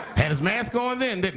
had his mask on then,